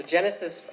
Genesis